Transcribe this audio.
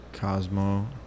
Cosmo